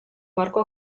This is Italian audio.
parco